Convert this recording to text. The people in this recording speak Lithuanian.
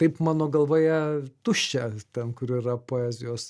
taip mano galvoje tuščia ten kur yra poezijos